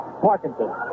Parkinson